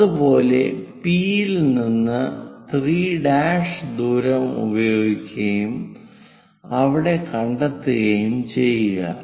അതുപോലെ പി യിൽ നിന്ന് 3' ദൂരം ഉപയോഗിക്കുകയും അവിടെ കണ്ടെത്തുകയും ചെയ്യുക